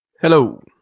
Hello